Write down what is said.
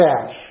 cash